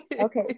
Okay